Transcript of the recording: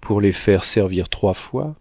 pour les faire servir trois fois